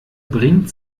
bringt